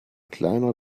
kleiner